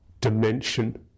dimension